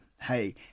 hey